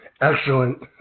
Excellent